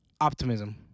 optimism